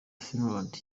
finland